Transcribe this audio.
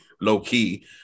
Low-key